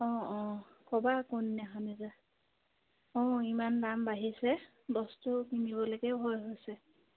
অঁ অঁ ক'বা কোনদিনাখন যোৱা অঁ ইমান দাম বাঢ়িছে বস্তু পিন্ধিবলৈকে ভয় হৈছে